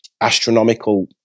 astronomical